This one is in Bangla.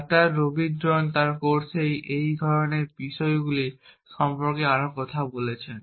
ডাক্তার রবিদ্রন তার কোর্সে এই ধরনের বিষয়গুলি সম্পর্কে আরও কথা বলেছেন